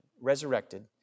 resurrected